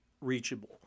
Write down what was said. reachable